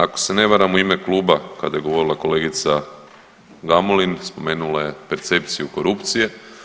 Ako se ne varam u ime kluba kada je govorila kolegica Gamulin, spomenula je percepciju korupcije.